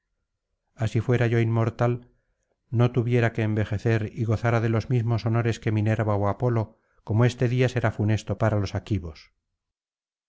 así fuera yo inmortal no tuviera que envejecer y gozara de los mismos honores que minerva ó apolo como este día será funesto para los aquivos